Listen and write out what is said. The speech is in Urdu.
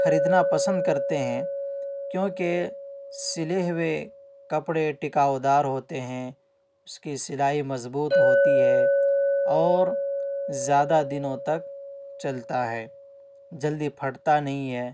خریدنا پسند کرتے ہیں کیونکہ سلے ہوئے کپڑے ٹکاؤ دار ہوتے ہیں اس کی سلائی مضبوط ہوتی ہے اور زیادہ دنوں تک چلتا ہے جلدی پھٹتا نہیں ہے